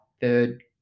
third